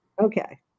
Okay